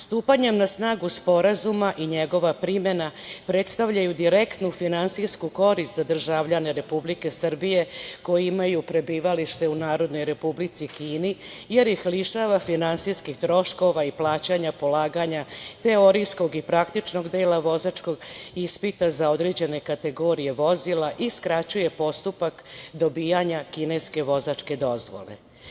Stupanje na snagu Sporazuma i njegova primena predstavljaju direktnu finansijsku korist za državljane Republike Srbije koji imaju prebivalište u Narodnoj Republici Kini, jer ih lišava finansijskih troškova i plaćanja polaganja teorijskog i praktičnog dela vozačkog ispita za određene kategorije vozila i skraćuje postupak dobijanja kineske vozačke dozvole.